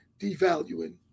devaluing